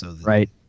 Right